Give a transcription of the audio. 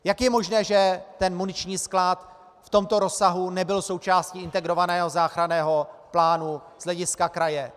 Jak je možné, že muniční sklad v tomto rozsahu nebyl součástí integrovaného záchranného plánu z hlediska kraje?